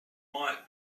might